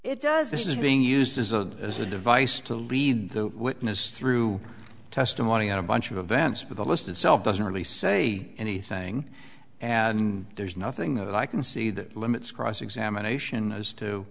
it does this is being used as a as a device to lead the witness through testimony and a bunch of events for the list itself doesn't really say anything and there's nothing that i can see that limits cross examination